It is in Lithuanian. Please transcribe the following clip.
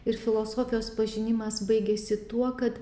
ir filosofijos pažinimas baigėsi tuo kad